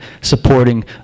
supporting